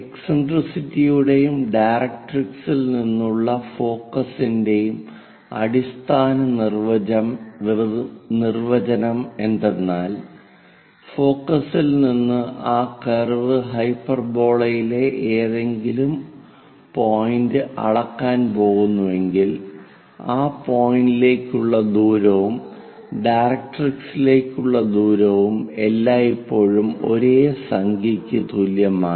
എക്സെന്ട്രിസിറ്റിയുടെയും ഡയറക്ട്രിക്സിൽ നിന്നുള്ള ഫോക്കസിന്റെയും അടിസ്ഥാന നിർവചനം എന്തെന്നാൽ ഫോക്കസിൽ നിന്ന് ആ കർവ് ഹൈപ്പർബോളയിലെ ഏതെങ്കിലും പോയിന്റ് അളക്കാൻ പോകുന്നുവെങ്കിൽ ആ പോയിന്റിലേക്കുള്ള ദൂരവും ഡയറക്ട്രിക്സിലേക്കുള്ള ദൂരവും എല്ലായ്പ്പോഴും ഒരേ സംഖ്യയ്ക്ക് തുല്യമാണ്